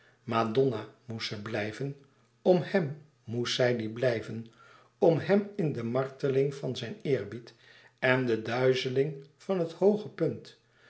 madonna moest ze blijven om hem moest zij die blijven om hem in de marteling van zijn eerbied en de duizeling van het hooge punt